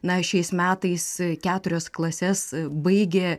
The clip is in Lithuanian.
na šiais metais keturias klases baigę